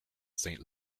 saint